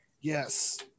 yes